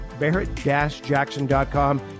Barrett-Jackson.com